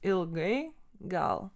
ilgai gal